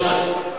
אדוני היושב-ראש,